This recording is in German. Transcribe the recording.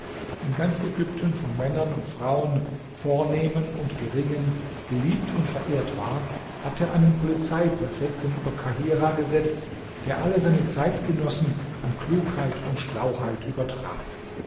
in ganz ägypten von männern und frauen vornehmen und geringen geliebt und verehrt war hatte einen polizeipräfekten über kahirah gesetzt der alle seine zeitgenossen an klugheit und